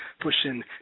pushing